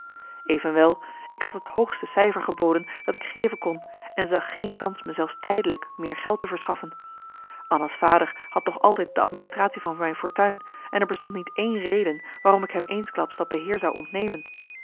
evenwel ik had het hoogste cijfer geboden dat ik geven kon en zag geen kans me zelfs tijdelijk meer geld te verschaffen anna's vader had nog altijd de administratie van mijn fortuin en er bestond niet één reden waarom ik hem eensklaps dat beheer zou ontnemen